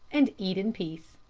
and eat in peace.